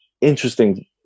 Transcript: interesting